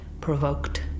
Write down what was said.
provoked